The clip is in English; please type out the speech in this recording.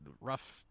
rough